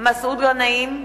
מסעוד גנאים,